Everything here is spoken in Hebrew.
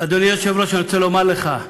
אדוני היושב-ראש, אני רוצה לומר לך,